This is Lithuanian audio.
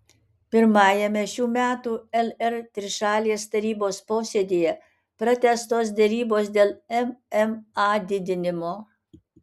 pirmajame šių metų lr trišalės tarybos posėdyje pratęstos derybos dėl mma didinimo